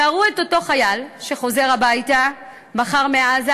תארו את אותו חייל שחוזר הביתה מחר מעזה,